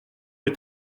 est